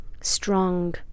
strong